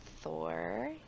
Thor